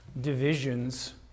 divisions